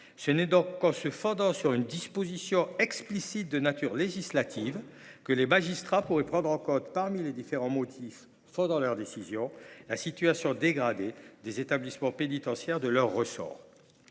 Ce n’est donc qu’en se fondant sur une disposition explicite de nature législative que les magistrats pourraient prendre en compte, parmi les différents motifs fondant leur décision, la situation dégradée des établissements pénitentiaires de leur ressort.